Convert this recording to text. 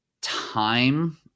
time